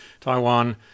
Taiwan